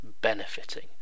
benefiting